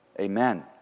Amen